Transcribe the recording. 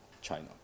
China